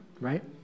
right